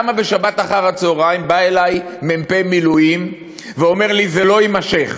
למה בשבת אחר-הצהריים בא אלי מ"פ מילואים ואומר לי: זה לא יימשך,